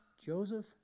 Joseph